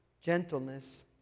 gentleness